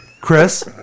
Chris